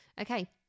okay